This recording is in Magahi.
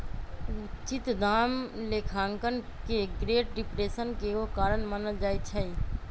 उचित दाम लेखांकन के ग्रेट डिप्रेशन के एगो कारण मानल जाइ छइ